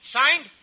Signed